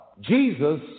Jesus